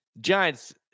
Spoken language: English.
giants